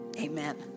Amen